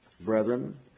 brethren